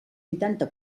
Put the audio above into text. vuitanta